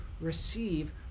receive